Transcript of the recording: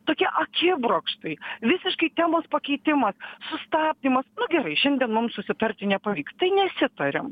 tokie akibrokštai visiškai temos pakeitimas sustabdymas nu gerai šiandien mum susitarti nepavyks tai nesitariam